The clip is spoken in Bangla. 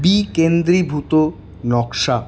বিকেন্দ্রীভূত নকশা